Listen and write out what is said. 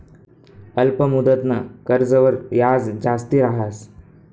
अल्प मुदतनं कर्जवर याज जास्ती रहास